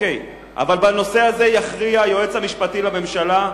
בנושא הזה יכריע היועץ המשפטי לממשלה,